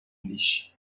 english